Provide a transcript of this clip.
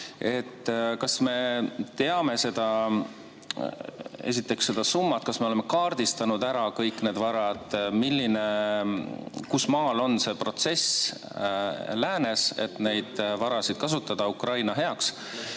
kas me teame seda summat? Kas me oleme kaardistanud ära kõik need varad? Kusmaal on see protsess läänes, et neid varasid kasutada Ukraina heaks?